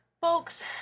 folks